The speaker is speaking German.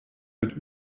wird